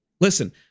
Listen